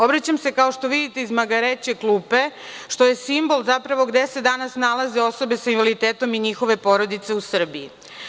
Obraćam se, kao što vidite, iz magareće klupe, što je simbol zapravo gde se danas nalaze osobe sa invaliditetom i njihove porodice u Srbiji.